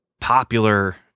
popular